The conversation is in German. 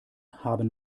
haben